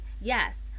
yes